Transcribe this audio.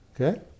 Okay